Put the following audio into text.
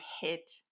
hit